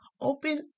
open